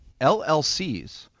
LLCs